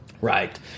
Right